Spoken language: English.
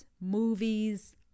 movies